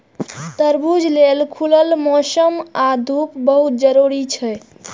तरबूज लेल सूखल मौसम आ धूप बहुत जरूरी छै